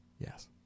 Yes